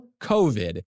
COVID